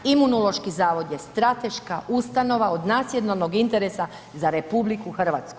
Imunološki zavod je strateška ustanova od nacionalnog interesa za RH.